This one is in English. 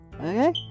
Okay